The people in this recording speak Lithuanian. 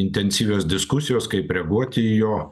intensyvios diskusijos kaip reaguoti į jo